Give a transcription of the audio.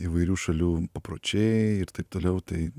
įvairių šalių papročiai ir taip toliau tai